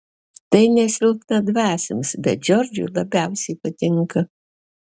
tai ne silpnadvasiams bet džordžui labiausiai patinka